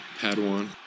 padawan